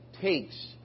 takes